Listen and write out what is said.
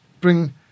bring